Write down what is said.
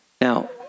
Now